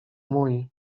mój